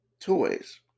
toys